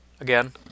again